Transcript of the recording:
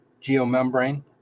geomembrane